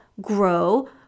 grow